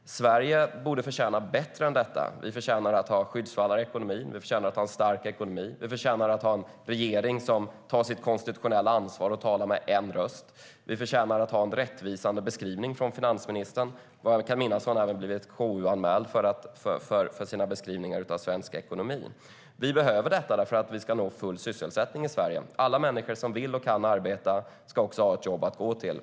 Sverige borde förtjäna bättre än detta. Vi förtjänar att ha skyddsvallar i ekonomin, vi förtjänar att ha en stark ekonomi, vi förtjänar att ha en regering som tar sitt konstitutionella ansvar och talar med en röst och vi förtjänar att ha en rättvisande beskrivning från finansministern. Vad jag kan minnas har hon även blivit KU-anmäld för sina beskrivningar av svensk ekonomi. Vi behöver detta, för vi ska nå full sysselsättning i Sverige. Alla människor som vill och kan arbeta ska också ha ett jobb att gå till.